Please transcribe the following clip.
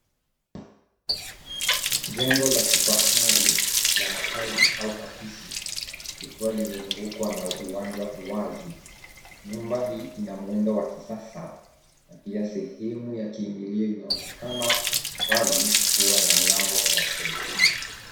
Jengo la kifahari, la makazi au afisi, likiwa limezungukwa na uwanja wazi. Nyumba hii ina muundo wa kisasa na pia sehemu ya kiingilio inaonekana wazi, kuwa ya mlango wa chuma.